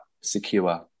secure